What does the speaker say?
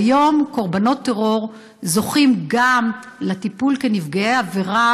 היום גם קורבנות טרור זוכים לטיפול כנפגעי עבירה,